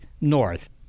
north